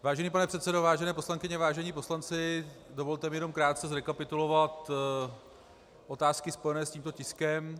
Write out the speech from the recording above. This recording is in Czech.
Vážený pane předsedo, vážené poslankyně, vážení poslanci, dovolte mi jenom krátce zrekapitulovat otázky spojené s tímto tiskem.